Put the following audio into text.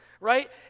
right